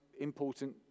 important